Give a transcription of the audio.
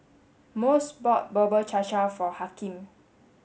Mose bought Bubur Cha Cha for Hakeem